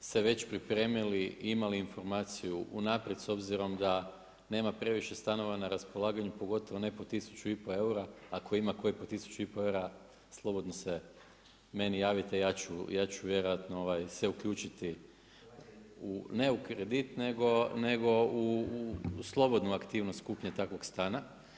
se već pripremili, imali informaciju unaprijed, s obzirom da nema previše stanova na raspolaganju, pogotovo ne po 1000 i pol eura, ako ima koji po 1000 i pol eura, slobodno se meni javite, ja ću vjerojatno se uključiti, ne u kredit, nego u slobodnu aktivnost kupnje takvog stana.